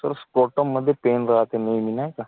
sir स्कोटममध्ये pen राहते नेहमी नाही का